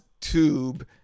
tube